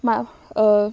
मा ओह